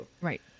Right